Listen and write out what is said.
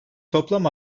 toplam